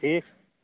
ٹھیٖک